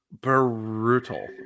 Brutal